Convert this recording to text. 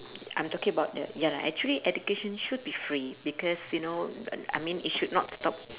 I'm talking about the ya lah actually education should be free because you know uh I mean it should not stop